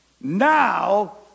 Now